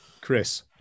Chris